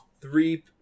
three